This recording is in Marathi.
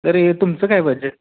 तरी हे तुमचं काय बजेट